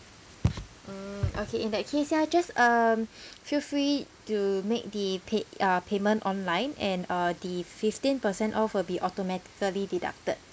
mm okay in that case ya just um feel free to make the pay~ uh payment online and uh the fifteen percent off will be automatically deducted